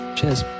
Cheers